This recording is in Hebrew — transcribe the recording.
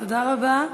תודה רבה.